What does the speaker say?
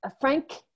Frank